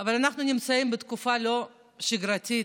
אבל אנחנו נמצאים בתקופה לא שגרתית.